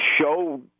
show